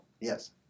Yes